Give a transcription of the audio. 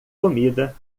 comida